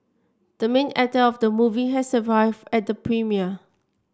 the main actor of the movie has arrived at the premiere